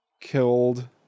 killed